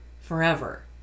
forever